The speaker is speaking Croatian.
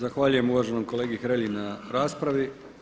Zahvaljujem uvaženom kolegi Hrelji na raspravi.